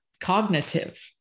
cognitive